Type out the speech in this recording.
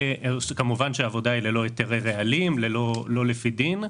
כמובן שהעבודה היא ללא היתרי רעלים, לא לפי דין.